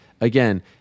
Again